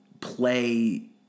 play